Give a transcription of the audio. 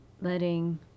letting